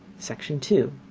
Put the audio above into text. section two.